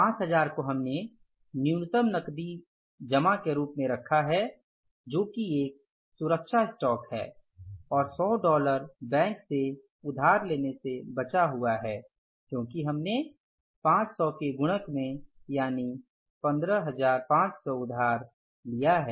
5000 को हमने न्यूनतम नकदी जमा के रूप में रखा है जो कि एक सुरक्षा स्टॉक है और 100 डॉलर बैंक से उधार लेने से बचा हुआ है क्योंकि हमने 5 के गुणक में यानी 15500 उधार लिया है